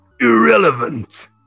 Irrelevant